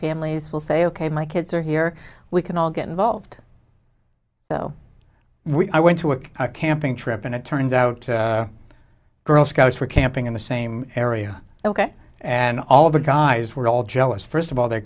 families will say ok my kids are here we can all get involved so we went to a camping trip and it turns out the girl scouts were camping in the same area ok and all of the guys were all jealous first of all their